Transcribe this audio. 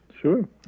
Sure